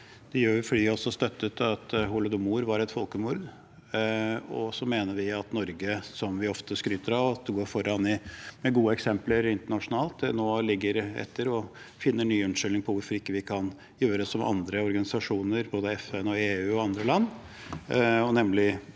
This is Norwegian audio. Vi gjør det fordi vi også har støttet at holodomor var et folkemord, og vi mener at Norge, som vi ofte skryter av at går foran med et godt eksempel internasjonalt, nå ligger etter og finner nye unnskyldninger for hvorfor vi ikke kan gjøre som andre organisasjoner, både FN, EU og andre land, nemlig